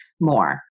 more